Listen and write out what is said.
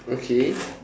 okay